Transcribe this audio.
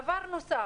דבר נוסף,